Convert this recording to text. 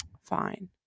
Fine